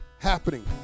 happening